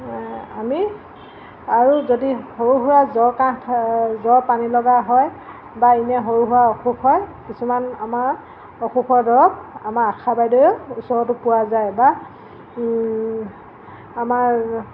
আমি আৰু যদি সৰু সুৰা জ্বৰ কাহ জ্বৰ পানী লগা হয় বা এনেই সৰু সুৰা অসুখ হয় কিছুমান আমাৰ অসুখৰ দৰৱ আমাৰ আশা বাইদেউ ওচৰতো পোৱা যায় বা আমাৰ